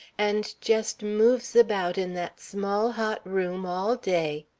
and just moves about in that small, hot room all day.